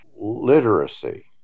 literacy